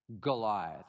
Goliath